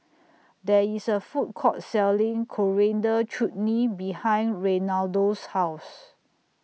There IS A Food Court Selling Coriander Chutney behind Reinaldo's House